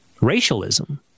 racialism